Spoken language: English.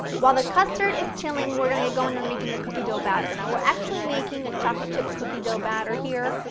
while the custard is chilling, we're going to get going on making the cookie dough batter. now we're actually making a chocolate chip cookie dough batter here,